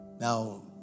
Now